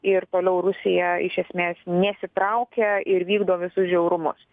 ir toliau rusija iš esmės nesitraukia ir vykdo visus žiaurumus